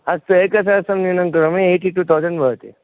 अस्तु एकसहस्रं न्यूनं करोमि यय्टि टु तौसेण्ड् भवति